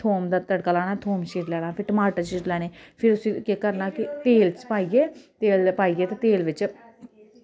थोम दा तड़का लाना थोम चीरी लैना फिर टमाटर चीरी लैने फिर उस्सी केह् करना कि तेल च पाइयै तेल पाइयै ते तेल बिच